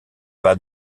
pas